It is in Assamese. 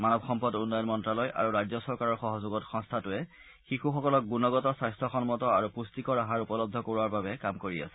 মানৱ সম্পদ উন্নয়ন মন্ত্যালয় আৰু ৰাজ্য চৰকাৰৰ সহযোগত সংস্থাটোৱে শিশুসকলক গুণগত স্বাস্থ্যসন্মত আৰু পুষ্টিকৰ আহাৰ উপলব্ধ কৰোৱাৰ বাবে কাম কৰি আছে